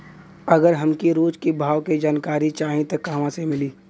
अगर हमके रोज के भाव के जानकारी चाही त कहवा से मिली?